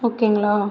ஓகேங்களா